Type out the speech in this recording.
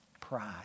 Pride